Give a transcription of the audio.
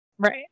right